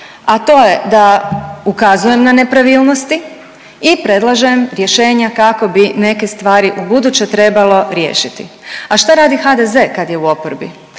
a to je da ukazujem na nepravilnosti i predlažem rješenja kako bi neke stvari ubuduće trebalo riješiti. A šta radi HDZ kad je u oporbi?